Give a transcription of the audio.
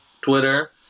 Twitter